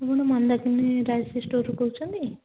ଆପଣ ମନ୍ଦାକିନି ରାଇସ୍ ଷ୍ଟୋର୍ରୁ କହୁଛନ୍ତି